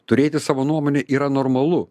turėti savo nuomonę yra normalu